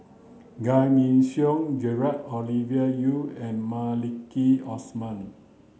Giam Yean Song Gerald Ovidia Yu and Maliki Osman